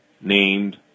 named